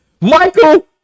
Michael